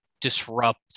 disrupt